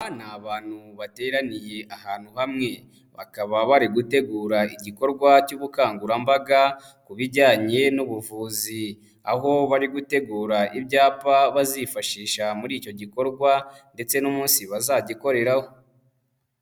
Aba ni abantu bateraniye ahantu hamwe, bakaba bari gutegura igikorwa cy'ubukangurambaga ku bijyanye n'ubuvuzi, aho bari gutegura ibyapa bazifashisha muri icyo gikorwa ndetse n'umunsi bazagikoreraho.